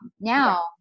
Now